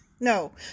No